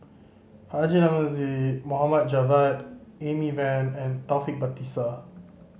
Haji Namazie Mohd Javad Amy Van and Taufik Batisah